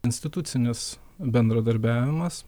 institucinis bendradarbiavimas